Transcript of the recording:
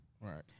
Right